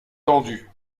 tendue